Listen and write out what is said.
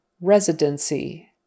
Residency